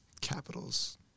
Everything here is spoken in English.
capitals